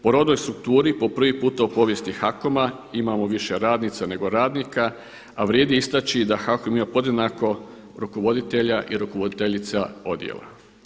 Po rodnoj strukturi po prvi puta u povijesti HAKOM-a imamo više radnica nego radnika, a vrijedi istaći da HAKOM ima podjednako rukovoditelja i rukovoditeljica odjela.